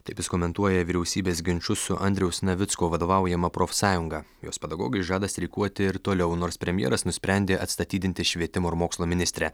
taip jis komentuoja vyriausybės ginčus su andriaus navicko vadovaujama profsąjunga jos pedagogai žada streikuoti ir toliau nors premjeras nusprendė atstatydinti švietimo ir mokslo ministrę